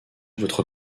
votre